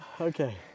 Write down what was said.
Okay